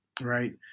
right